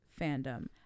fandom